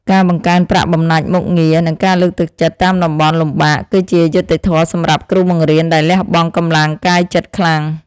ការបង្កើនប្រាក់បំណាច់មុខងារនិងការលើកទឹកចិត្តតាមតំបន់លំបាកគឺជាយុត្តិធម៌សម្រាប់គ្រូបង្រៀនដែលលះបង់កម្លាំងកាយចិត្តខ្លាំង។